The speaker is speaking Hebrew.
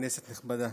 כנסת נכבדה,